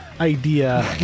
idea